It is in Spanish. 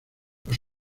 los